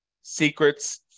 Secrets